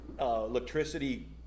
electricity